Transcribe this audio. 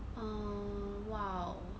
err !wow!